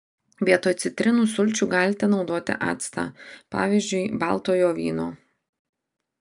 vietoj citrinų sulčių galite naudoti actą pavyzdžiui baltojo vyno